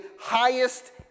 highest